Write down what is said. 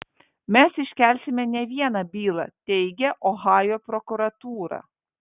mes iškelsime ne vieną bylą teigia ohajo prokuratūra